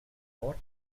what